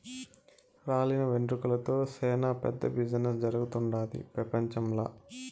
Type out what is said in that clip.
రాలిన వెంట్రుకలతో సేనా పెద్ద బిజినెస్ జరుగుతుండాది పెపంచంల